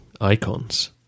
icons